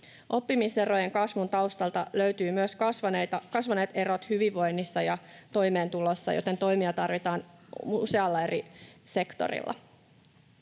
Oppimiserojen kasvun taustalta löytyvät myös kasvaneet erot hyvinvoinnissa ja toimeentulossa, joten toimia tarvitaan usealla eri sektorilla.